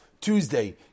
Tuesday